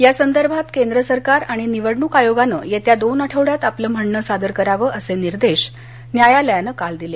या संदर्भात केंद्र सरकार आणि निवडणूक आयोगानं येत्या दोन आठवड्यात आपलं म्हणण सादर करावं असे निर्देश न्यायालयानं काल दिले